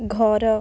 ଘର